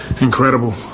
Incredible